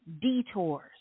detours